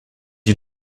you